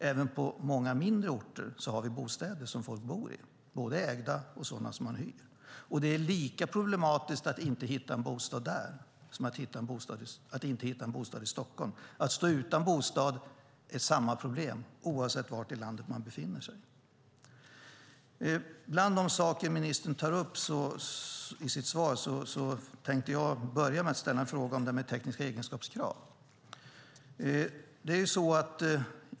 Även på många mindre orter har vi bostäder som folk bor i, både ägda och sådana man hyr. Det är lika problematiskt att inte hitta en bostad på en mindre ort som att inte hitta en i Stockholm. Att stå utan bostad är ett lika stort problem oavsett var i landet man befinner sig. När det gäller de saker ministern tar upp tänkte jag börja med att ställa en fråga om detta med tekniska egenskapskrav.